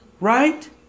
right